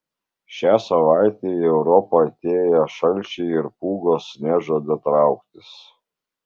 šią savaitę į europą atėję šalčiai ir pūgos nežada trauktis